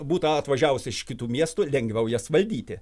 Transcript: būtų atvažiavusi iš kitų miestų lengviau jas valdyti